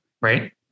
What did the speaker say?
right